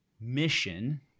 mission